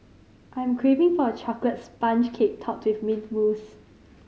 I am craving for a chocolate sponge cake topped with mint mousse